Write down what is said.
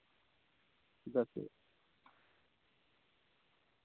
ᱪᱮᱫᱟᱜ ᱥᱮ